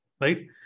right